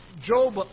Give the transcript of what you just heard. Job